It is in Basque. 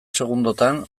segundotan